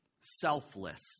selfless